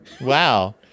Wow